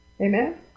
Amen